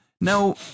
Now